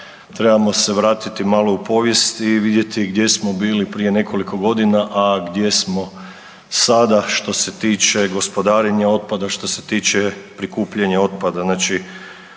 trebamo se vratiti malo u povijest i vidjeti gdje smo bili prije nekoliko godina, a gdje smo sada što se tiče gospodarenja otpada, što se tiče prikupljanja otpada.